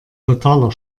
totaler